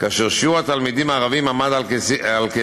כאשר שיעור התלמידים הערבים עמד על כ-26%.